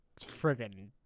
friggin